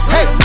Hey